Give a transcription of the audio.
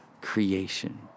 creation